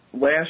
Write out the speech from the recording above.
Last